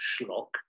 Schlock